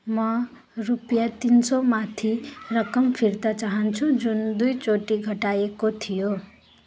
म रुपियाँ तिन सय माथि रकम फिर्ता चाहन्छु जुन दुई चोटि घटाइएको थियो